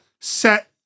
set